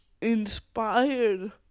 inspired